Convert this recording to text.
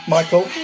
Michael